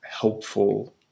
helpful